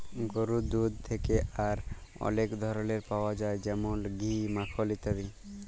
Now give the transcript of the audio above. গরুর দুহুদ থ্যাকে আর অলেক ধরলের পাউয়া যায় যেমল ঘি, মাখল ইত্যাদি